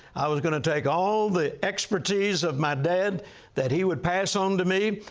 i was going to take all the expertise of my dad that he would pass onto me,